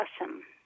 awesome